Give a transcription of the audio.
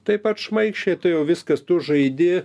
taip pat šmaikščiai tu jau viskas tu žaidi